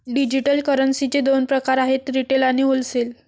digital करन्सीचे दोन प्रकार आहेत रिटेल आणि होलसेल